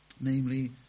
namely